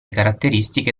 caratteristiche